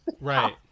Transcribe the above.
right